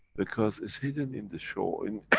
because, it's hidden in the show, in